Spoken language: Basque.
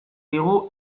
digu